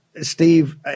Steve